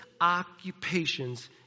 occupations